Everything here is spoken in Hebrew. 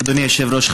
אדוני היושב-ראש,